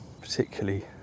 particularly